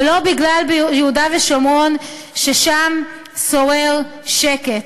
ולא בגלל יהודה ושומרון, ששם שורר שקט.